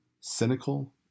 cynical